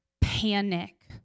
panic